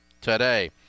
today